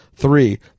three